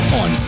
on